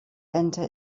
enter